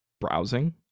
browsing